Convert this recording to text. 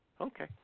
Okay